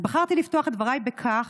אז בחרתי לפתוח את דבריי בכך,